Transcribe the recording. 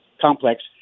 complex